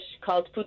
called